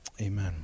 Amen